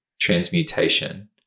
transmutation